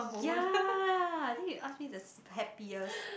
ya then you ask me the happiest